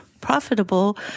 profitable